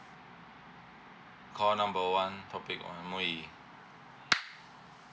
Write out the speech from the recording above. call number one topic one M_O_E